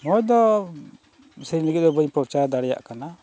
ᱱᱚᱜᱼᱚᱭ ᱫᱚ ᱥᱮᱨᱮᱧ ᱞᱟᱹᱜᱤᱫ ᱫᱚ ᱵᱟᱹᱧ ᱯᱨᱚᱪᱟᱨ ᱫᱟᱲᱮᱭᱟᱜ ᱠᱟᱱᱟ